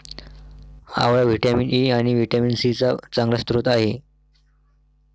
आवळा vitamin E आणि vitamin C चा चांगला स्रोत आहे